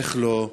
איך לא?